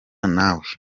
nawe